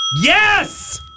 Yes